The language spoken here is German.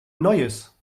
neues